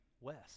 west